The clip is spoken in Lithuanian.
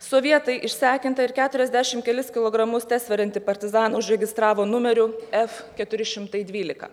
sovietai išsekintą ir keturiasdešim kelis kilogramus tesveriantį partizaną užregistravo numeriu f keturi šimtai dvylika